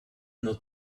not